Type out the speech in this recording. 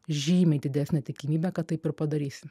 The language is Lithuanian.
žymiai didesnė tikimybė kad taip ir padarysi